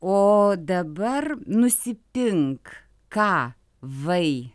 o dabar nusipink ką vai